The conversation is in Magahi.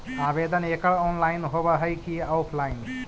आवेदन एकड़ ऑनलाइन होव हइ की ऑफलाइन?